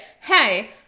Hey